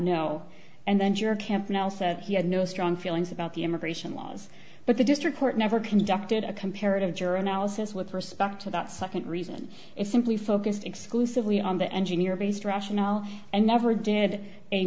no and then your camp now said he had no strong feelings about the immigration laws but the district court never conducted a comparative juror analysis with respect to that nd reason is simply focused exclusively on the engineer based rationale and never did a